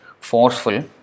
forceful